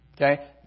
Okay